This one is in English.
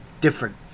different